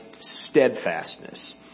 steadfastness